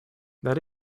that